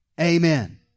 Amen